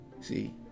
See